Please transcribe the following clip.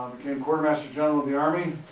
quartermaster general of the army.